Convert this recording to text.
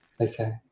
Okay